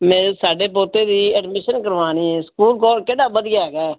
ਮੇਰੇ ਸਾਡੇ ਪੋਤੇ ਦੀ ਐਡਮਿਸ਼ਨ ਕਰਵਾਉਣੀ ਸਕੂਲ ਕੋਲ ਕਿਹੜਾ ਵਧੀਆ ਹੈਗਾ